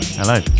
hello